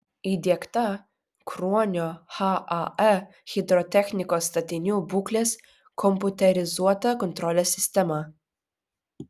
įdiegta kruonio hae hidrotechnikos statinių būklės kompiuterizuota kontrolės sistema